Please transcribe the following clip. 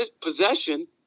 possession